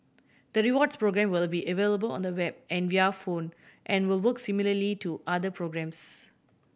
the rewards program will be available on the web and via phone and will work similarly to other programs